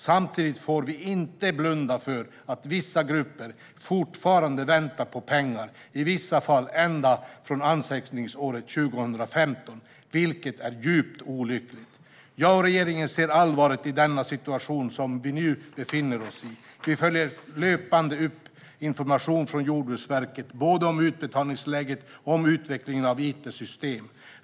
Samtidigt får vi inte blunda för att vissa grupper fortfarande väntar på pengar, i vissa fall ända från ansökningsåret 2015, vilket är djupt olyckligt. Jag och regeringen ser allvaret i den situation som vi nu befinner oss i. Vi följer löpande upp information från Jordbruksverket både om utbetalningsläget och om utvecklingen av it-systemen.